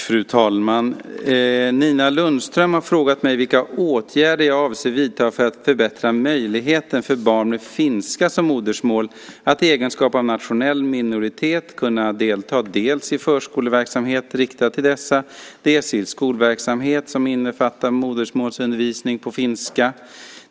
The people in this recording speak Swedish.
Fru talman! Nina Lundström har frågat mig vilka åtgärder jag avser att vidta för att förbättra möjligheten för barn med finska som modersmål att i egenskap av nationell minoritet kunna delta dels i förskoleverksamhet riktad till dessa, dels i skolverksamhet som innefattar modersmålsundervisning på finska.